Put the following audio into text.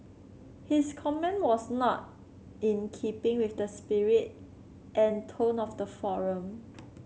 his comment was not in keeping with the spirit and tone of the forum